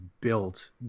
built